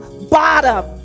bottom